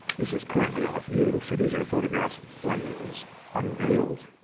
this is currently off view. so these are photographs when it was unveiled